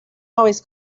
always